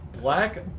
black